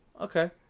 Okay